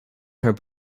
her